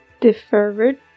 Deferred